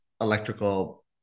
electrical